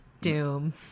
Doom